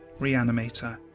Reanimator